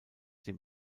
dem